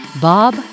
Bob